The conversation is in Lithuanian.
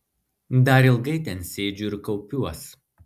dar ilgai ten sėdžiu ir kaupiuos